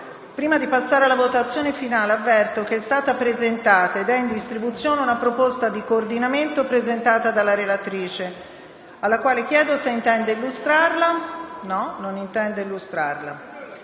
Prima di procedere alla votazione finale, avverto che è stata presentata ed è in distribuzione una proposta di coordinamento presentata dalla relatrice, che si intende illustrata. *(Commenti del senatore